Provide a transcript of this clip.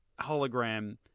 hologram